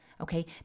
Okay